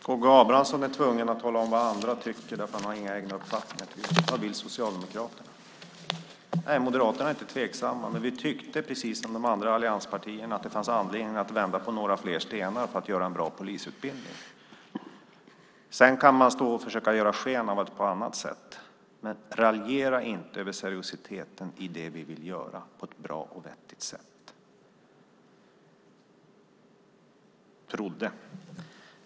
Herr talman! Karl Gustav Abramsson är tvungen att tala om vad andra tycker, för han har tydligen inga egna uppfattningar. Vad vill Socialdemokraterna? Nej, Moderaterna är inte tveksamma. Men vi tyckte precis som de andra allianspartierna att det fanns anledning att vända på några fler stenar för att göra en bra polisutbildning. Sedan kan man stå och försöka ge sken av att det är på annat sätt. Men raljera inte över seriositeten i det vi vill göra på ett bra och vettigt sätt!